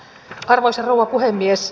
arvoisa rouva puhemies